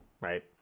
right